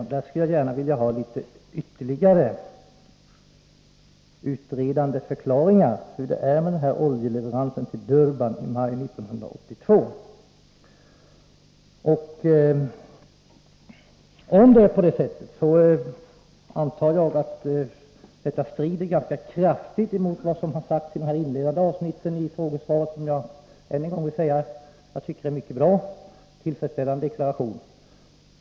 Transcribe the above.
Jag skulle gärna vilja ha några ytterligare förklaringar till hur det förhåller sig med den här oljeleveransen till Durban i maj 1982. Om det förhåller sig som jag tror, antar jag att detta strider ganska kraftigt mot vad som har sagts i de inledande avsnitten i frågesvaret — vilket jag anser vara en tillfredsställande deklaration.